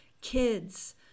kids